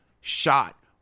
shot